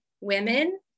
women